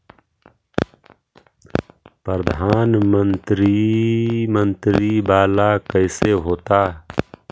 प्रधानमंत्री मंत्री वाला कैसे होता?